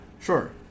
sure